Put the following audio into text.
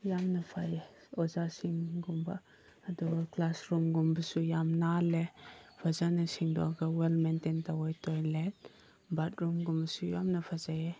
ꯌꯥꯝꯅ ꯐꯩ ꯑꯣꯖꯤꯁꯤꯡꯒꯨꯝꯕ ꯑꯗꯨꯒ ꯀ꯭ꯂꯥꯁꯔꯨꯝꯒꯨꯝꯕꯁꯨ ꯌꯥꯝ ꯅꯥꯜꯂꯦ ꯐꯖꯅ ꯁꯦꯡꯗꯣꯛꯑꯒ ꯋꯦꯜ ꯃꯦꯟꯇꯦꯟ ꯇꯧꯋꯦ ꯇꯣꯏꯂꯦꯠ ꯕꯥꯠꯔꯨꯝꯒꯨꯝꯕꯁꯨ ꯌꯥꯝꯅ ꯐꯖꯩꯌꯦ